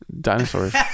Dinosaurs